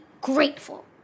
grateful